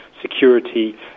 Security